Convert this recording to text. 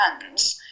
hands